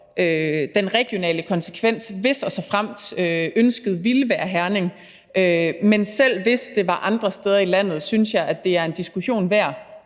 den regionale konsekvens, hvis og såfremt ønsket ville være Herning. Men selv hvis det var andre steder i landet, synes jeg, at det er en diskussion værd,